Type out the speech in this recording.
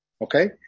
Okay